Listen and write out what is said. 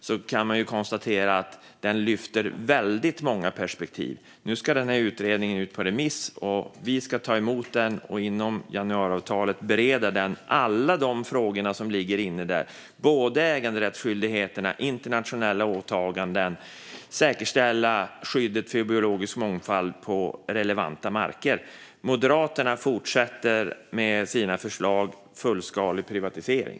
Man kan konstatera att den lyfter väldigt många perspektiv. Nu ska den ut på remiss, och vi ska ta emot den och inom ramen för januariavtalet bereda alla de frågor som finns med där: äganderättsskyldigheter, internationella åtaganden och säkerställande av skyddet för biologisk mångfald på relevanta marker. Moderaterna fortsätter med sina förslag om fullskalig privatisering.